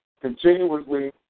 continuously